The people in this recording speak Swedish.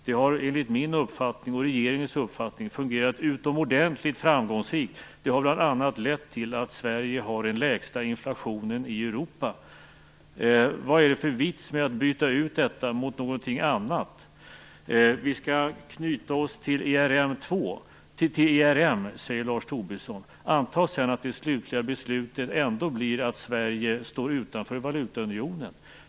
Detta har enligt min och regeringens uppfattning fungerat utomordentligt framgångsrikt och har bl.a. lett till att Sverige har den lägsta inflationen i Europa. Vad är det för vits med att byta ut detta mot någonting annat? Vi skall knyta oss till ERM, säger Lars Tobisson. Anta sedan att det slutliga beslutet ändå blir att Sverige står utanför valutaunionen.